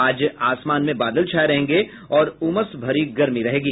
आज आसमान में बादल छाये रहेंगे और उमस भरी गर्मी रहेगी